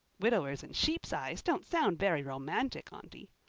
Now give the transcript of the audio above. widowers and sheep's eyes don't sound very romantic, aunty.